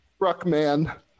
Ruckman